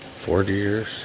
forty years,